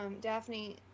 Daphne